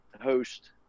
host